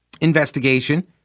investigation